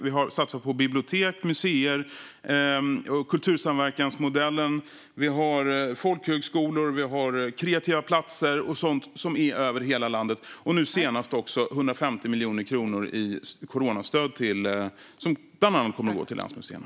Vi har satsat på bibliotek, museer, kultursamverkansmodellen, folkhögskolor, Kreativa platser och sådant som finns över hela landet - nu senast också 150 miljoner kronor i coronastöd, som bland annat kommer att gå till länsmuseerna.